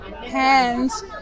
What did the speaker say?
hands